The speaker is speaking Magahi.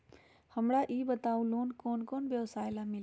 हमरा ई बताऊ लोन कौन कौन व्यवसाय ला मिली?